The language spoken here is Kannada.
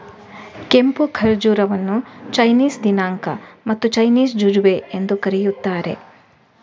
ಕೆಂಪು ಖರ್ಜೂರವನ್ನು ಚೈನೀಸ್ ದಿನಾಂಕ ಮತ್ತು ಚೈನೀಸ್ ಜುಜುಬೆ ಎಂದೂ ಕರೆಯುತ್ತಾರೆ